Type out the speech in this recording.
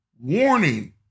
warning